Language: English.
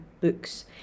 books